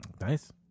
Nice